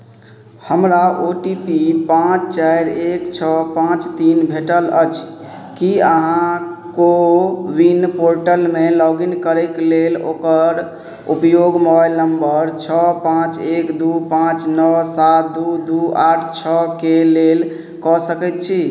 हमरा O T P पाँच चारि एक छओ पाँच तीन भेटल अछि कि अहाँ कोविन पोर्टलमे लॉगिन करैके लेल ओकर उपयोग मोबाइल नम्बर छओ पाँच एक दुइ पाँच नओ सात दुइ दुइ आठ छओके लेल कऽ सकै छी